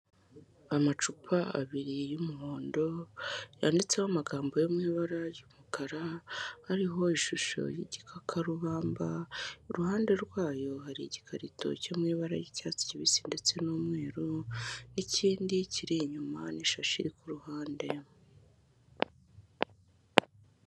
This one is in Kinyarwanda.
Amacupa abiri y'umuhondo, yanditseho amagambo yo mu ibara ry'umukara, ariho ishusho y'igikakarubamba, iruhande rwayo hari igikarito cyo mu ibara ry'icyatsi kibisi ndetse n'umweru, n'ikindi kiri inyuma n'ishashi iri ku ruhande.